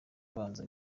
abanza